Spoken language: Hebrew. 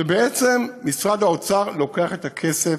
ובעצם משרד האוצר לוקח את הכסף.